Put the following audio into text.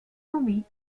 rubí